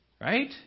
right